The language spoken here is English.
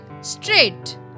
straight